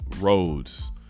roads